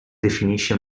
definisce